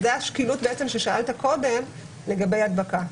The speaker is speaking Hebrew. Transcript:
זאת בעצם השקילות עליה שאלת קודם לגבי הדבקה.